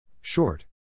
short